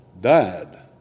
died